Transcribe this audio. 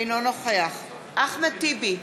אינו נוכח אחמד טיבי,